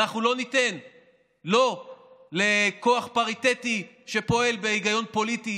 ואנחנו לא ניתן לכוח פריטטי שפועל בהיגיון פוליטי